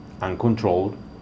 uncontrolled